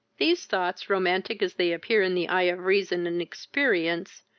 these thoughts, romantic as they appear in the eye of reason and experience,